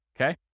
okay